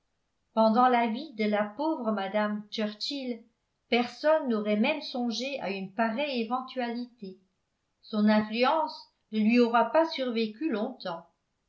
pendant la vie de la pauvre mme churchill personne n'aurait même songé à une pareille éventualité son influence ne lui aura pas survécu longtemps